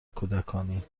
کودکانی